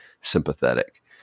sympathetic